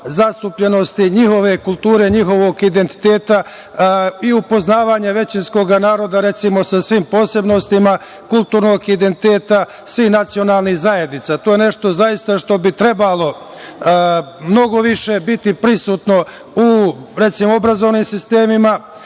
zastupljenosti njihove kulture, njihovog identiteta i upoznavanja većinskog naroda recimo sa svim posebnostima kulturnog identiteta svih nacionalnih zajednica. To je nešto što bi zaista trebalo mnogo više biti prisutno u obrazovnim sistemima,